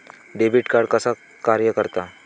Debit card कसा कार्य करता?